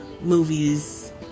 movies